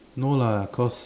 no lah cause